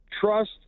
trust